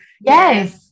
Yes